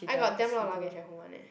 I got damn lot of luggage at home [one] leh